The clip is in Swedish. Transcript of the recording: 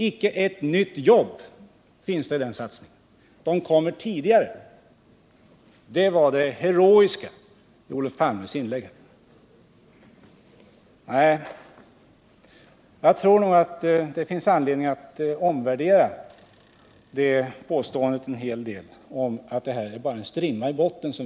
Icke ett nytt jobb finns det i den satsningen, utan det gäller enbart en tidigareläggning. Det var det heroiska greppet i Olof Palmes inlägg. Nej, jag tror att det finns anledning att omvärdera påståendet om att våra förslag bara skulle vara en strimma i botten.